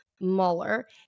Mueller